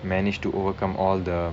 managed to overcome all the